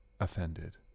offended